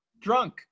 drunk